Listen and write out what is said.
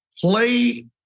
play